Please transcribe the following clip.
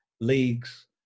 leagues